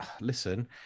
listen